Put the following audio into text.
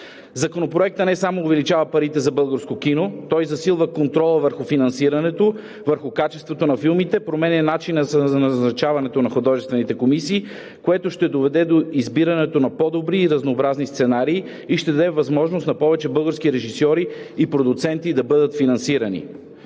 Законопроектът не само увеличава парите за българско кино, той засилва контрола върху финансирането, върху качеството на филмите, променя начина за назначаването на художествените комисии, което ще доведе до избирането на по-добри и разнообразни сценарии и ще даде възможност на повече български режисьори и продуценти да бъдат финансирани. Чрез